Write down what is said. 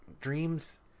dreams